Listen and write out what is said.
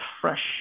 fresh